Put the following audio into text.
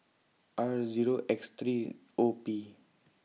R Zero X three O P